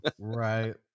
Right